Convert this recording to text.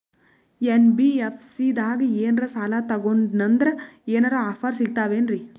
NBFC ದಾಗ ಏನ್ರ ಸಾಲ ತೊಗೊಂಡ್ನಂದರ ಏನರ ಆಫರ್ ಸಿಗ್ತಾವೇನ್ರಿ?